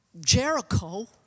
Jericho